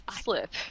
slip